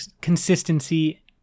consistency